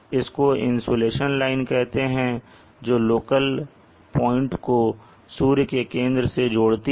इसको इंसुलेशन रेखा कहते हैं जो लोकल पॉइंट को सूर्य के केंद्र से जोड़ती है